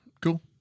Cool